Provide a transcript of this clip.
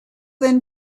then